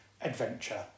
adventure